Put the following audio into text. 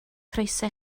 croeso